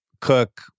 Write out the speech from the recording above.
Cook